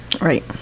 Right